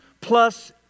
plus